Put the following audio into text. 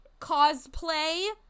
cosplay